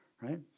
right